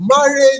marriage